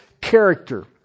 character